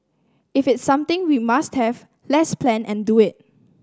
if it's something we must have let's plan and do it